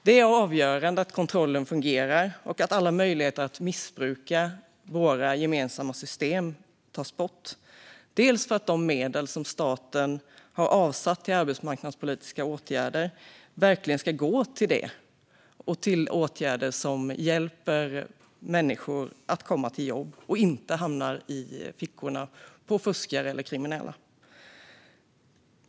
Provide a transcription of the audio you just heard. Det är avgörande att kontrollen fungerar och att alla möjligheter att missbruka våra gemensamma system tas bort. De medel som staten har avsatt till arbetsmarknadspolitiska åtgärder ska verkligen gå till sådant som hjälper människor till jobb. Medlen får inte hamna i fickorna på fuskare och kriminella.